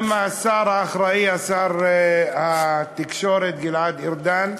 הן עם השר האחראי, שר התקשורת גלעד ארדן,